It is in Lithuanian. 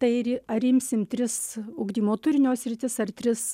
tai ri ar imsim tris ugdymo turinio sritis ar tris